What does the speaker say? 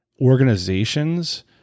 organizations